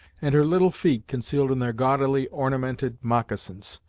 and her little feet concealed in their gaudily ornamented moccasins.